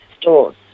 stores